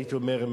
הייתי אומר,